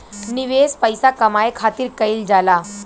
निवेश पइसा कमाए खातिर कइल जाला